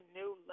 new